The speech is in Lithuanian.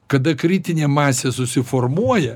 kada kritinė masė susiformuoja